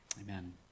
Amen